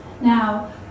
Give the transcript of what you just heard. now